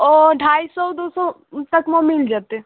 ओ ढाइ सए दू सए तक मे मिल जेतै